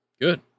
Good